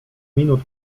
minut